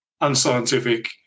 unscientific